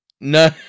no